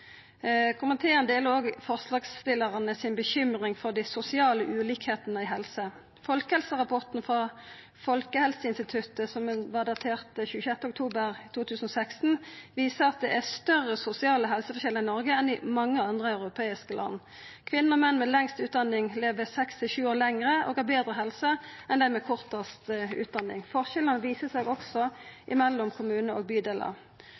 Komiteen deler òg forslagsstillarane si bekymring for dei sosiale skilnadene i helse. Folkehelserapporten frå Folkehelseinstituttet, datert 26. oktober 2016, viser at det er større sosiale helseforskjellar i Noreg enn i mange andre europeiske land. Kvinner og menn med lengst utdanning lever seks til sju år lenger og har betre helse enn dei med kortast utdanning. Forskjellane viser seg også mellom kommunar og bydelar.